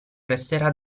resterà